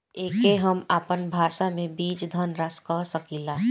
एके हम आपन भाषा मे बीज धनराशि कह सकीला